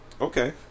okay